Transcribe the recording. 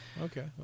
Okay